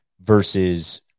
versus